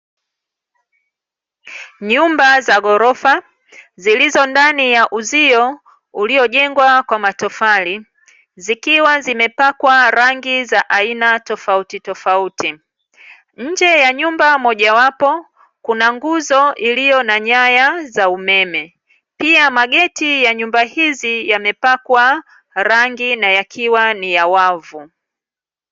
Nyumba za ghorofa zilizo ndani ya uzio uliojengwa kwa matofali, zikiwa zimepakwa rangi za aina tofautitofauti. Nje ya nyumba mojawapo kuna nguzo iliyo na nyaya za umeme, pia mageti ya nyumba hizi yamepakwa rangi na yakiwa ni ya wavu.